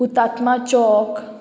Hutatma Chowk